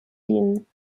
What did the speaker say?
dienen